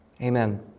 Amen